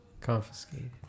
Confiscated